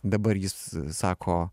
dabar jis sako